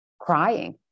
crying